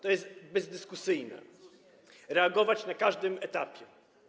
To jest bezdyskusyjne: reagować na każdym etapie.